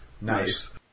Nice